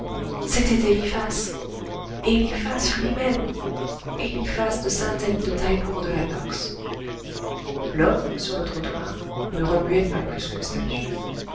c'était eliphas eliphas lui-même eliphas de saint-elme de taillebourg de la nox l'homme sur le trottoir ne remuait pas plus qu'une statue